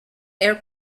air